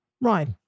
Right